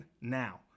now